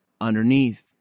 underneath